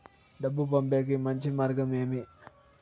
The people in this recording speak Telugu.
డబ్బు పంపేకి మంచి మార్గం ఏమి